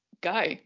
Go